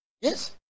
Yes